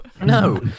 No